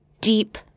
deep